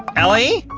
ellie?